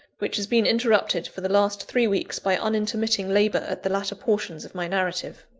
which has been interrupted for the last three weeks by unintermitting labour at the latter portions of my narrative.